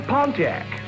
Pontiac